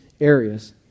areas